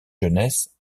jeunesse